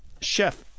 Chef